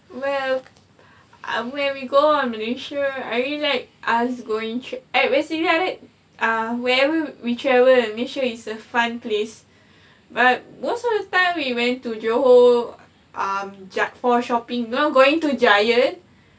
well um where we go malaysia I really like us going trip at where is it adik uh wherever we travel malaysia is a a fun place but most of the time we went to johor um just for shopping you know going to giant